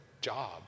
job